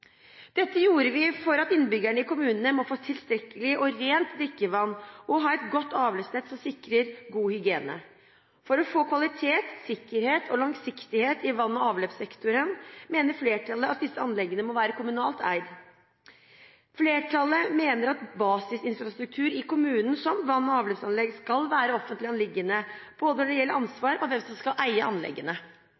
Dette gjorde vi for at innbyggerne i kommunene må få tilstrekkelig og rent drikkevann og ha et godt avløpsnett som sikrer god hygiene. For å få kvalitet, sikkerhet og langsiktighet i vann- og avløpssektoren mener flertallet at disse anleggene må være kommunalt eid. Flertallet mener at basisinfrastruktur i kommunen som vann- og avløpsanlegg skal være et offentlig anliggende når det gjelder